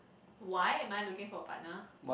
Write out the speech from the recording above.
why am I looking for a partner